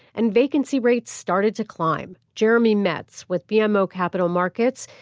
and vacancy rates started to climb jeremy metz, with bmo capital markets,